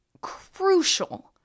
crucial